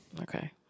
Okay